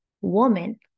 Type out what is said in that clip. woman